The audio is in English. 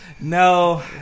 No